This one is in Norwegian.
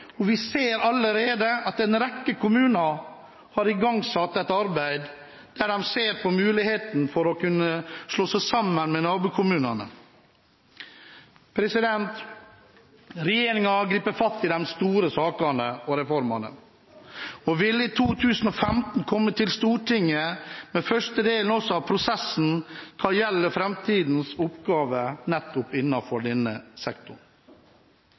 og vi ser allerede at en rekke kommuner har igangsatt et arbeid der de ser på muligheten for å kunne slå seg sammen med nabokommuner. Regjeringen griper fatt i de store sakene og reformene og vil i 2015 komme til Stortinget med første del av prosessen hva gjelder framtidens oppgaver nettopp innenfor denne sektoren.